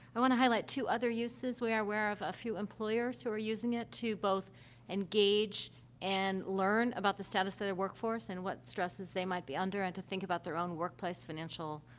i want to highlight two other uses. we are aware of a few employers who are using it to both engage and learn about the status of their workforce and what stresses they might be under and to think about their own workplace financial,